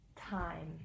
time